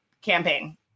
campaign